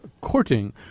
courting